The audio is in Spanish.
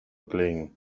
klein